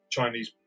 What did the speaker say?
Chinese